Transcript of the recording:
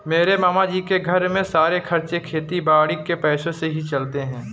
मेरे मामा जी के घर के सारे खर्चे खेती बाड़ी के पैसों से ही चलते हैं